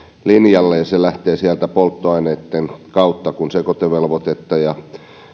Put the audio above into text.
linjalle ja se lähtee sieltä polttoaineitten kautta kun sekoitevelvoitetta ja